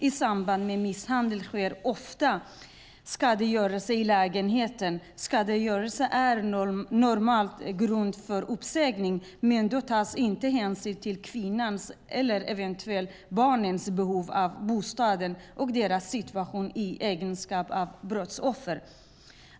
I samband med misshandel sker ofta skadegörelse i lägenheten. Skadegörelse är normalt grund för uppsägning, men då tas inte hänsyn till kvinnans och eventuella barns behov av bostaden och deras situation i egenskap av brottsoffer.